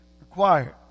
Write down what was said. required